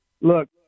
look